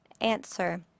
Answer